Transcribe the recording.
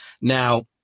now